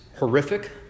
horrific